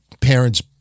parents